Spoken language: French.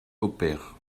opère